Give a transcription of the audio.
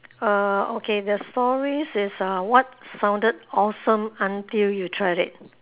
uh okay the stories is uh what sounded awesome until you tried it